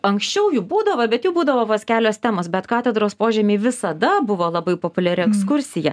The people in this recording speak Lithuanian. anksčiau jų būdavo bet jų būdavo vos kelios temos bet katedros požemiai visada buvo labai populiari ekskursija